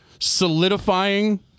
solidifying